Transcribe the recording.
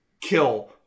kill